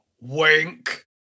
wink